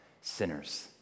Sinners